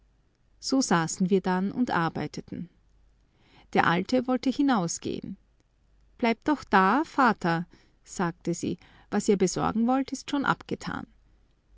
so saßen wir denn und arbeiteten der alte wollte hinausgehen bleibt doch da vater sagte sie was ihr besorgen wollt ist schon abgetan